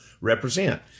represent